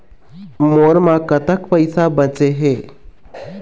मोर म कतक पैसा बचे हे?